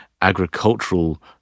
agricultural